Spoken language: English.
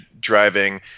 driving